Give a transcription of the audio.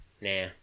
Nah